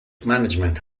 management